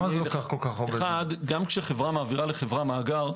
גם כשחברה מעבירה לאחרת מאגר,